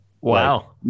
Wow